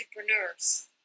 entrepreneurs